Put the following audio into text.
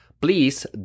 Please